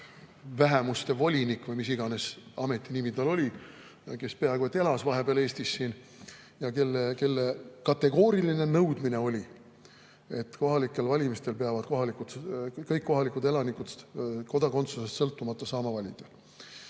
vähemuste volinik, või mis iganes ametinimi tal oli, ja kes vahepeal peaaegu et elas siin Eestis. Tema kategooriline nõudmine oli, et kohalikel valimistel peavad kõik kohalikud elanikud kodakondsusest sõltumata saama valida.